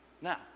Now